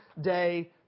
day